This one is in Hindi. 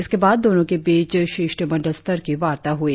इसके बाद दोनो के बीच शिष्टमंडल स्तर की वार्ता हुई